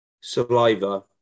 Saliva